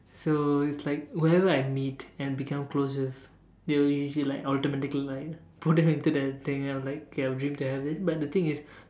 so it's like whoever I meet and become close with they will usually like automatically like pull them into that thing and I'm like okay I'll dream to have it but the thing is